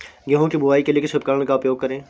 गेहूँ की बुवाई के लिए किस उपकरण का उपयोग करें?